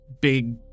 big